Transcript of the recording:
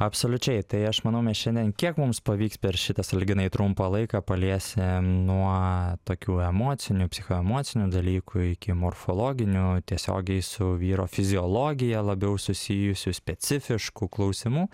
absoliučiai tai aš manau mes šiandien kiek mums pavyks per šitą sąlyginai trumpą laiką paliesim nuo tokių emocinių psichoemocinių dalykų iki morfologinių tiesiogiai su vyro fiziologija labiau susijusių specifiškų klausimų